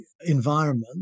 environment